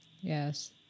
yes